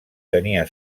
tenia